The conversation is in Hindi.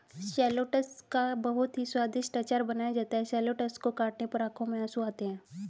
शैलोट्स का बहुत ही स्वादिष्ट अचार बनाया जाता है शैलोट्स को काटने पर आंखों में आंसू आते हैं